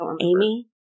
Amy